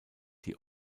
die